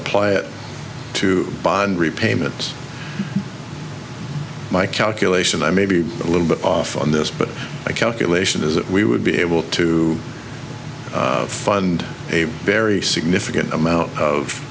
apply it to bond repayments my calculation i may be a little bit off on this but a calculation is that we would be able to fund a very significant amount of